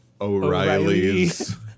O'Reillys